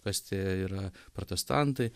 kas tie yra protestantai